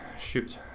shoot.